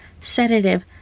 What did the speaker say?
sedative